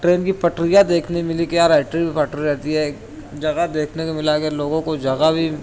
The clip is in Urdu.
ٹرین کی پٹریاں دیکھنے ملی کہ یار ایسی پٹریاں رہتی ہیں جگہ دیکھنے کو ملا کہ لوگوں کو جگہ بھی